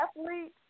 athletes